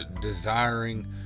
desiring